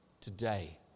today